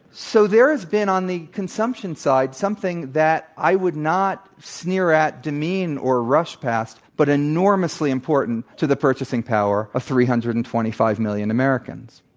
so, there's been, on the consumption side, something that i would not sneer at, demean, or rush past, but enormously important to the purchasing power of ah three hundred and twenty five million americans.